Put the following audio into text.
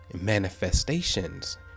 manifestations